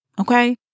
Okay